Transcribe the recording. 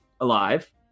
alive